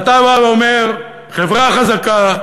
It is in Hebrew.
ואתה בא ואומר: חברה חזקה,